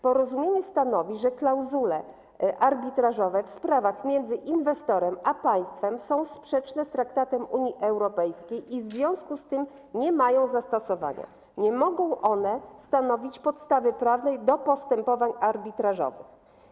Porozumienie stanowi, że klauzule arbitrażowe w sporach między inwestorem a państwem są sprzeczne z traktatami Unii Europejskiej i w związku z tym nie mają zastosowania, nie mogą one stanowić podstawy prawnej do postępowań arbitrażowych.